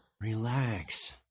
Relax